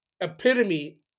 epitome